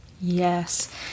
Yes